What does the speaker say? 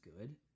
good